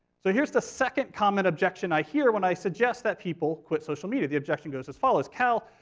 so here's the second common objection i hear when i suggest that people quit social media. the objection goes as follows, cal,